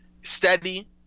Steady